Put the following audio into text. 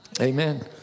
Amen